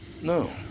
No